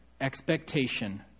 expectation